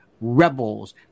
rebels